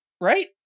Right